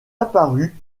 apparu